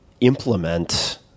implement